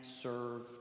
serve